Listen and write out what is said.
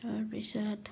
তাৰপিছত